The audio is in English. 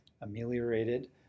ameliorated